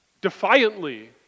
defiantly